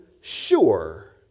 sure